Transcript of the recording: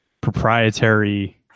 proprietary